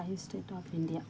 five state of India